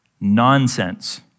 nonsense